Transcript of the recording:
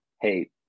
hey